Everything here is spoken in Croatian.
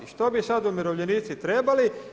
Što bi sad umirovljenici trebali?